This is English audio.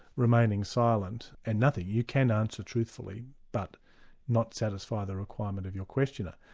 remaining silent, and nothing, you can answer truthfully, but not satisfy the requirement of your questioner.